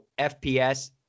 FPS